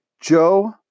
Joe